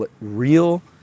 real